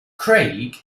craig